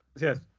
Yes